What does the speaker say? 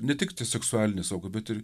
ne tiktai seksualinės aukos bet ir